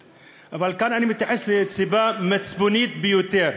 סיבות אידיאולוגיות ופוליטיות.